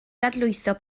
dadlwytho